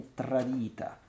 tradita